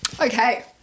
Okay